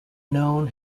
known